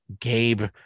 Gabe